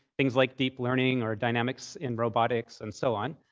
things like deep learning or dynamics in robotics, and so on.